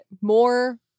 more